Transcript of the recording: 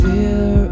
Fear